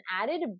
added